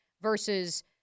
versus